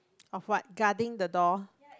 of what guarding the door